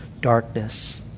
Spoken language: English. darkness